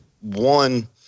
one